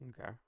Okay